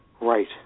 right